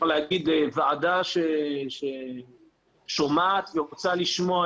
ועדה ששומעת ורוצה לשמוע,